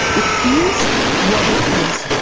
it is what it is.